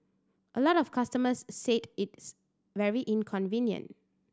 a lot of customers said it's very inconvenient